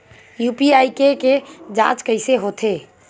UPI के के जांच कइसे होथे?